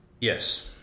Yes